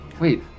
Wait